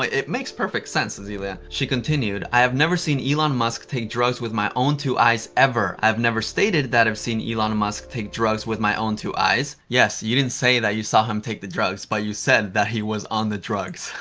it makes perfect sense, azealia. she continued, i have never seen elon musk take drugs with my own two eyes ever. i've never stated that i've seen elon musk take drugs with my own two eyes. yes, you didn't say that you saw him take the drugs but you said that he was on the drugs.